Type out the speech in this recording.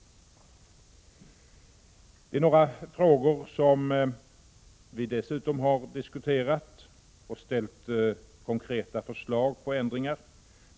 Beträffande några frågor som vi diskuterat har vi lagt fram förslag till ändringar.